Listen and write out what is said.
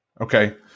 okay